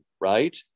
right